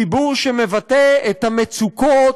דיבור שמבטא את המצוקות,